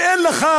אם אין לך,